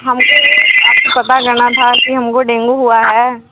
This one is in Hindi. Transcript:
हमको आपसे पता करना था कि हमको डेंगू हुआ है